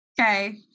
Okay